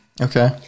Okay